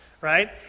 right